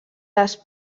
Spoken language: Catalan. les